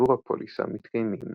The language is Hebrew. עבור הפוליסה מתקיימים